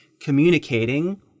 communicating